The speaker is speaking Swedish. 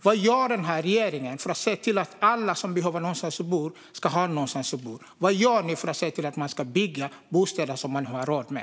Vad gör regeringen för att se till att alla som behöver någonstans att bo ska få det, och vad gör ni för att se till att det byggs bostäder som man har råd med?